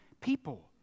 people